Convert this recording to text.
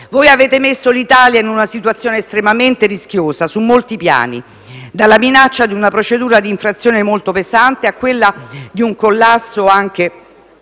Voi avete messo l'Italia in una situazione estremamente rischiosa su molti piani: dalla minaccia di una procedura d'infrazione molto pesante a quella di un collasso anche